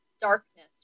darkness